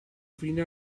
fine